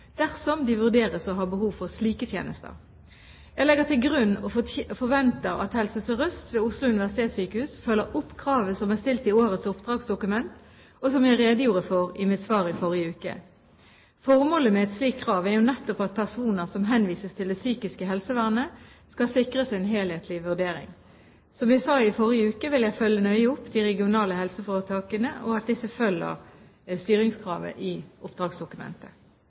dersom de vurderes å ha behov for slike tjenester. Jeg legger til grunn og forventer at Helse Sør-Øst ved Oslo universitetssykehus følger opp kravet som er stilt i årets oppdragsdokument, og som jeg redegjorde for i mitt svar i forrige uke. Formålet med et slikt krav er jo nettopp at personer som henvises til det psykiske helsevernet, skal sikres en helhetlig vurdering. Som jeg sa i forrige uke, vil jeg følge nøye opp de regionale helseforetakene, og at disse følger styringskravet i oppdragsdokumentet.